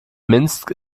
minsk